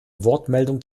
wortmeldung